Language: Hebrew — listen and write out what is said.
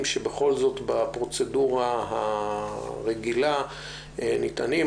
שבכל זאת בפרוצדורה הרגילה ניתנים?